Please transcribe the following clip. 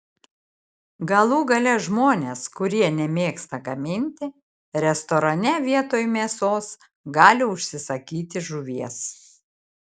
galų gale žmonės kurie nemėgsta gaminti restorane vietoj mėsos gali užsisakyti žuvies